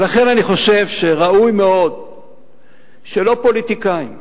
ולכן אני חושב שראוי מאוד שלא פוליטיקאים,